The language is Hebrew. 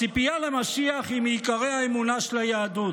הציפייה למשיח היא מעיקרי האמונה של היהדות.